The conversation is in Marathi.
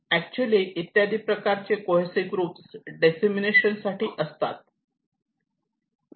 ऍक्च्युली इत्यादी प्रकारचे कोहेसिव्ह ग्रुप्स डिसेंमिनेशन साठी असतात